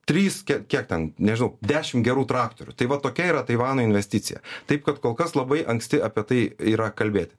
trys kiek ten nežinau dešim gerų traktorių tai va tokia yra taivano investicija taip kad kol kas labai anksti apie tai yra kalbėt